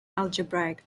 algebraic